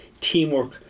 teamwork